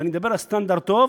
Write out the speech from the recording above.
ואני מדבר על סטנדרט טוב,